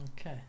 Okay